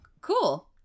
cool